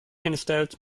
hinstellt